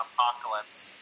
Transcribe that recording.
Apocalypse